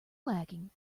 lacking